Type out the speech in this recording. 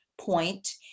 point